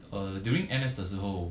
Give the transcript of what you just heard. uh during N_S 的时候